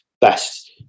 best